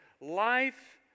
life